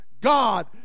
God